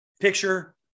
Picture